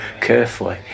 carefully